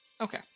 Okay